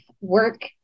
work